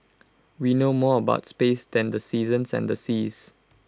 we know more about space than the seasons and the seas